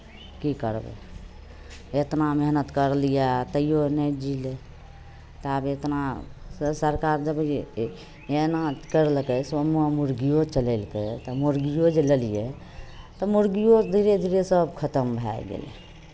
की करबै एतना मेहनत करलियै आ तैयो नहि जीलै तऽ आब एतना सरकार जब एना करलकै समूह मुर्गियो चलेलकै तऽ मुर्गियो जे लेलियै तऽ मुर्गियो धीरे धीरे सभ खतम भए गेलै